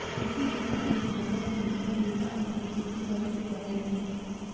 कृषि विज्ञान में भोजन, ईंधन रेशा अउरी खेती बारी के पढ़ाई होखेला